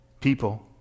People